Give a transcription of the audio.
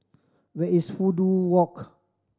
where is Fudu Walk